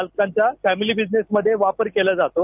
बालकांचा family business मध्ये वापर केला जातो